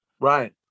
right